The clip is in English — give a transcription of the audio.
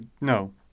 no